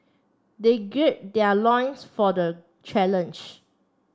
they gird their loins for the challenge